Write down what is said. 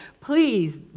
Please